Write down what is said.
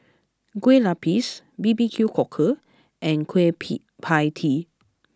Kueh Lupis B B Q Cockle and Kueh Pie Tee